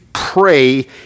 pray